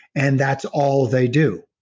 and that's all they do.